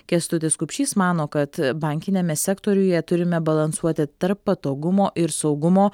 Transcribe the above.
kęstutis kupšys mano kad bankiniame sektoriuje turime balansuoti tarp patogumo ir saugumo